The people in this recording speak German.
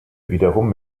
wiederum